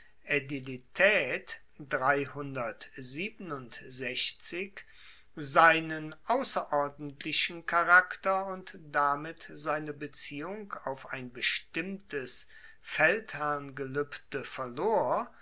aedilitaet seinen ausserordentlichen charakter und damit seine beziehung auf ein bestimmtes feldherrngeluebde verlor